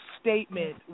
statement